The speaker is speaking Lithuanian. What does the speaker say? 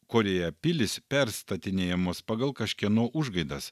kurioje pilys perstatinėjamos pagal kažkieno užgaidas